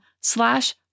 slash